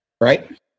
Right